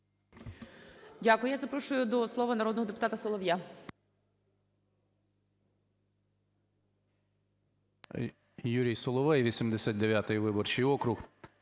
Дякую. Я запрошую до слова народного депутата Солов'я.